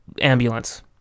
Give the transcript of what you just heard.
ambulance